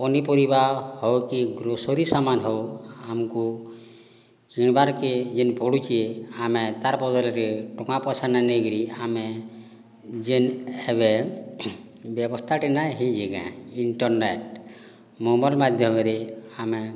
ପନିପାରିବା ହଉ କି ଗ୍ରୋସରୀ ସାମାନ୍ ହଉ ଆମ୍କୁ କିଣିବାର୍କେ ଯେନ୍ ପଡ଼ୁଛେ ଆମେ ତାର୍ ବଦଲ୍କେ ଟଙ୍କା ପଇସା ନାଇଁ ନେଇକିରି ଆମେ ଯେନ୍ ଏବେ ବ୍ୟବସ୍ଥାଟେ ନାଇଁ ହେଇଛେ କାଏଁ ଇଣ୍ଟରନେଟ୍ ନମ୍ବର ମାଧ୍ୟମରେ ଆମେ